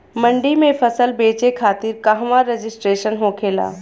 मंडी में फसल बेचे खातिर कहवा रजिस्ट्रेशन होखेला?